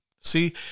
See